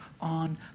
on